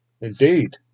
indeed